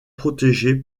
protégé